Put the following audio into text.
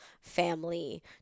family